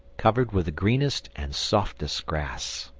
covered with the greenest and softest grass.